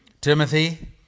Timothy